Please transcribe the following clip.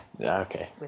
Okay